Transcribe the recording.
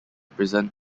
prison